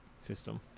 system